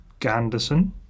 Ganderson